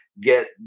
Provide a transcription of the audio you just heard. get